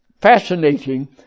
fascinating